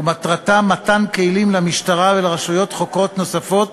ומטרתה מתן כלים למשטרה ולרשויות חוקרות נוספות